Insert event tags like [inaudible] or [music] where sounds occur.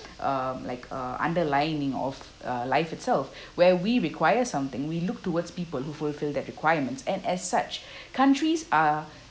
um like uh underlining of uh life itself where we require something we look towards people who fulfil that requirements and as such [breath] countries are